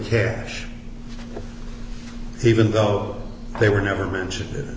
care even though they were never mentioned